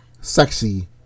sexy